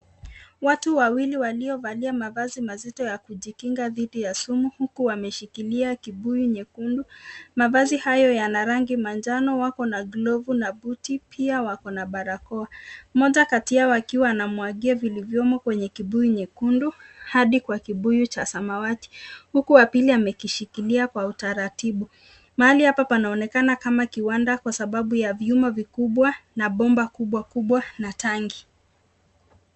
Watu wawili waliovalia mavazi mazito ya kujikinga dhidi ya sumu huku wameshikilia kibuyu nyekundu. Mavazi hayo yana rangi manjano wako na glovu na buti pia wako na barakaoa. Moja kati yao hakiwa ana mwagia vilivyomo kwenye kibuyu nyekundu adi kwa kibuyu cha samawati, huku wapili amekishikilia kwa utaratibu. Mahali hapa panaonekana kama kiwanda kwasababu ya vyuma vikubwa na bomba kubwa kubwa na tanki.